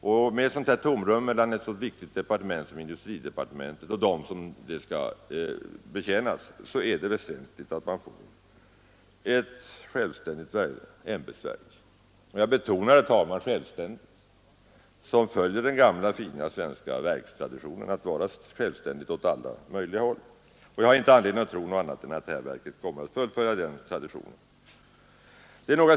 Med det tomrum mellan ett så viktigt departement som industridepartementet och dem som det skall betjäna är det väsentligt att man får ett självständigt ämbetsverk. Jag betonar det: ett självständigt verk, som följer den gamla, fina svenska verkstraditionen att vara självständigt åt alla håll. Jag har inte anledning att tro något annat än att det här verket kommer att fullfölja den traditionen.